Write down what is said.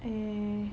err